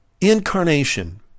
Incarnation